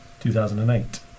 2008